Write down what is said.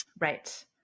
Right